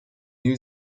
new